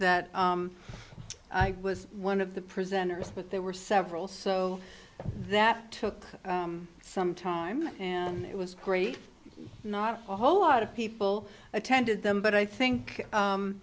that i was one of the prisoners but there were several so that took some time and it was great not a whole lot of people attended them but i think